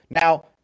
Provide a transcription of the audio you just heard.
Now